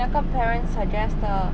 那个 parents suggest 的